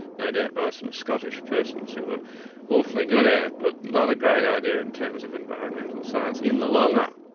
no doubt by some scottish persons who were awfully good at it, but not a great idea in terms of environmental science in the long run.